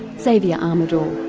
xavier amador.